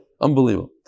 Unbelievable